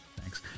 thanks